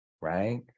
right